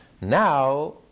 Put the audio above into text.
Now